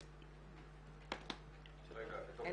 אני